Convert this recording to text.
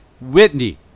Whitney